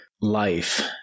life